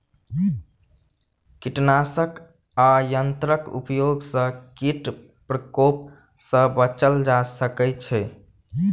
कीटनाशक आ यंत्रक उपयोग सॅ कीट प्रकोप सॅ बचल जा सकै छै